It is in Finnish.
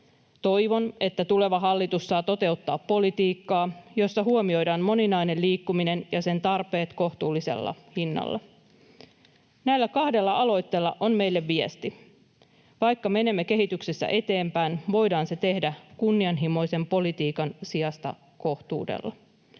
Toivon, että tuleva hallitus saa toteuttaa politiikkaa, jossa huomioidaan moninainen liikkuminen ja sen tarpeet kohtuullisella hinnalla. Näillä kahdella aloitteella on meille viesti. Vaikka menemme kehityksessä eteenpäin, voidaan se tehdä kunnianhimoisen politiikan sijasta kohtuudella.